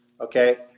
Okay